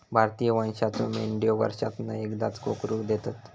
भारतीय वंशाच्यो मेंढयो वर्षांतना एकदाच कोकरू देतत